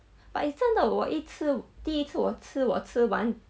but is 真的一吃第一次我吃我吃完